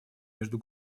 между